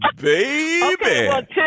Baby